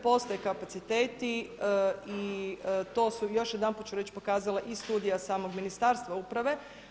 Postoje kapaciteti i to su još ću jednaput reći pokazale i studija samog ministarstva uprave.